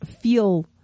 feel